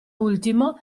ultimo